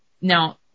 Now